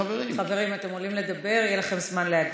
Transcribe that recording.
חברים, אתם עולים לדבר, יהיה לכם זמן להגיב.